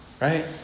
right